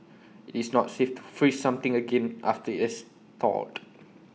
IT is not safe to freeze something again after IT has thawed